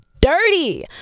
dirty